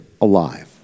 alive